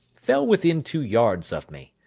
fell within two yards of me.